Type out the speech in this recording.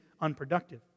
unproductive